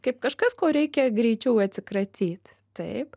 kaip kažkas ko reikia greičiau atsikratyt taip